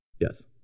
Yes